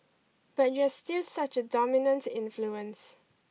but you're still such a dominant influence